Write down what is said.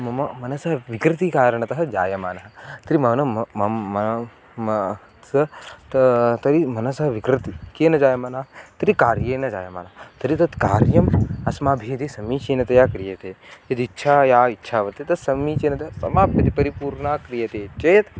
मम मनसः विकृतिकारणतः जायमानः तर्हि मन म मं मा मा त ता तर्हि मनसः विकृतिः केन जायमाना तर्हि कार्येण जायमाना तर्हि तत् कार्यम् अस्माभिः यदि समीचीनतया क्रियते यद् इच्छा या इच्छा वर्तते तत् समीचीनतया समाप्यते परिपूर्णा क्रियते चेत्